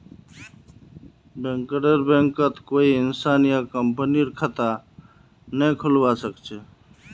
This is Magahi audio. बैंकरेर बैंकत कोई इंसान या कंपनीर खता नइ खुलवा स ख छ